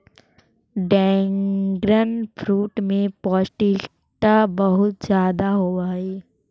dragon fruit में पौष्टिकता बहुत ज्यादा होवऽ हइ